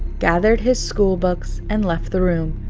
gathered his school books and left the room,